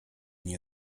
nie